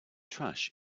trash